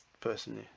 personally